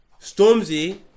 Stormzy